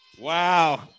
Wow